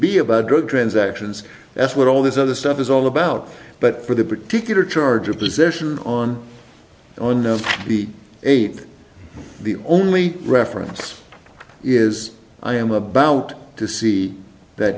be about drug transactions that's what all this other stuff is all about but for the particular charge of position on the eight the only reference is i am about to see that